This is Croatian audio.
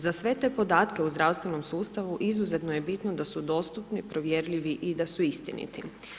Za sve te podatke o zdravstvenom sustavu izuzetno je bitno da su dostupni, provjerljivi i da su istiniti.